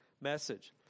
message